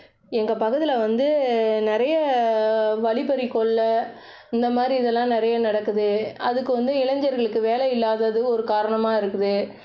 எங்கள் பகுதியில் வந்து நிறைய வழிப்பறி கொள்ளை இந்த மாதிரி இதெல்லாம் நிறையா நடக்குது அதுக்கு வந்து இளைஞர்களுக்கு வேலை இல்லாததும் ஒரு காரணமாக இருக்குது